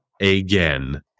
again